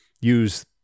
use